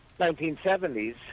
1970s